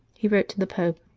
he wrote to the pope